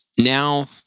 Now